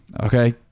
Okay